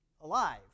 alive